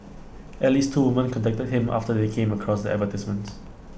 at least two women contacted him after they came across the advertisements